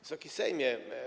Wysoki Sejmie!